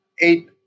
eight